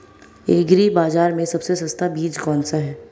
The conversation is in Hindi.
एग्री बाज़ार में सबसे सस्ता बीज कौनसा है?